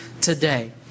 today